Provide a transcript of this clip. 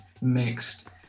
mixed